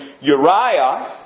Uriah